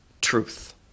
truth